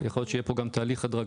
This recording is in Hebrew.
יכול להיות שיהיה פה גם תהליך הדרגתי.